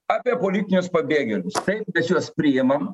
apie politinius pabėgėlius tai juos priimam